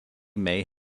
may